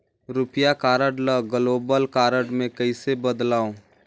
रुपिया कारड ल global card मे कइसे बदलव?